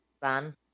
van